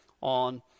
on